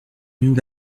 nous